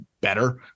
better